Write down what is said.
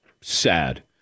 sad